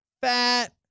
fat